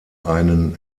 einen